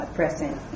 present